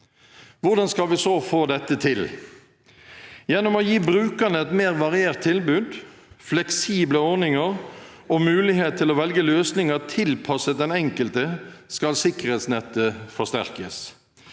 Hvordan skal vi så få dette til? Gjennom å gi brukerne et mer variert tilbud, fleksible ordninger og mulighet til å velge løsninger tilpasset den enkelte skal sikkerhetsnettet forsterkes.